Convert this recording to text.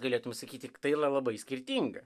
galėtum sakyti tai yra labai skirtinga